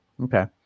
Okay